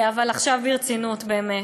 אבל עכשיו ברצינות, באמת.